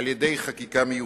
על-ידי חקיקה מיוחדת.